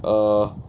err